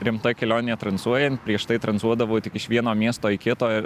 rimta kelionė tranzuojant prieš tai tranzuodavau tik iš vieno miesto į kitą